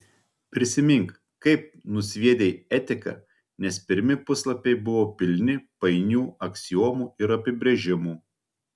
prisimink kaip nusviedei etiką nes pirmi puslapiai buvo pilni painių aksiomų ir apibrėžimų